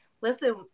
Listen